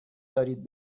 دارید